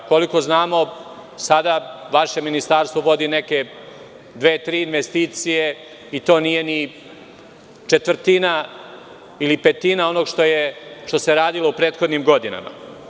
Koliko znamo vaše ministarstvo sada vodi dve ili tri investicije i to nije ni četvrtina ili petina onoga što se radilo u prethodnim godinama.